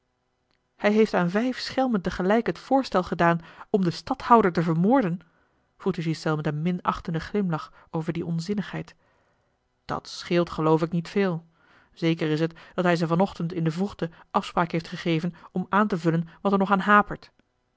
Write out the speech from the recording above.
hij heeft aan vijf schelmen tegelijk het voorstel gedaan om den stadhouder te vermoorden vroeg de ghiselles met een minachtenden glimlach over die onzinnigheid dat scheelt geloof ik niet veel zeker is het dat hij ze van ochtend in de vroegte afspraak heeft gegeven om aan te vullen wat er nog aan hapert